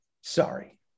Sorry